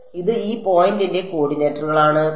ഇത് ഈ പോയിന്റിന്റെ കോർഡിനേറ്റുകളാണ് P